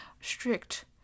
strict